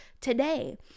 today